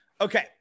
Okay